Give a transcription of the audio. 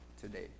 today